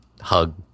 hug